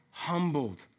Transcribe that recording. Humbled